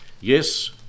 Yes